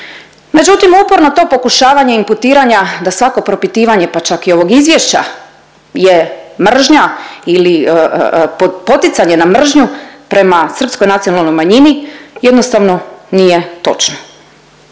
Međutim, uporno to pokušavanje imputiranja da svako propitivanja pa čak i ovog izvješća je mržnja ili poticanje na mržnju prema srpskoj nacionalnoj manjini jednostavno nije točno.